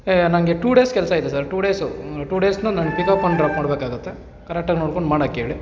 ಹೆ ನನಗೆ two days ಕೆಲಸ ಇದೆ ಸರ್ ಟೂ ಡೇಸು ಟೂ ಡೇಸ್ನು ನನ್ನ ಪಿಕಪ್ ಆ್ಯಂಡ್ ಡ್ರಾಪ್ ಮಾಡಬೇಕಾಗತ್ತೆ ಕರೆಕ್ಟಾಗಿ ನೋಡ್ಕೊಂಡು ಮಾಡೋಕ್ಕೇಳಿ